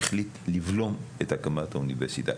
החליט לבלום את הקמת האוניברסיטה.